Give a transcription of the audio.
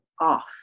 off